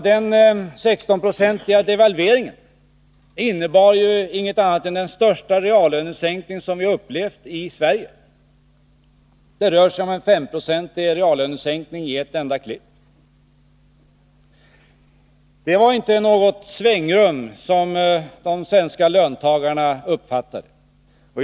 Den 16-procentiga devalveringen innebar ingenting annat än den största reallönesänkning som vi har upplevt i Sverige. Det rör sig om en 5-procentig reallönesänkning i ett enda kliv. Det var inget svängrum, som de svenska löntagarna uppfattar det.